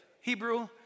Hebrew